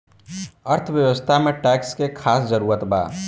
अर्थव्यवस्था में टैक्स के खास जरूरत बा